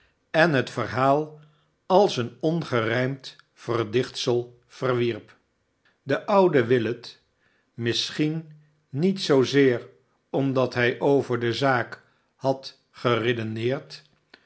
en het verhaal als een ongenjmd verdichtsel verwierp het orakel uit jde meiboom de oude willet misschien niet zoozeer omdat hij over de aak had geredeneerd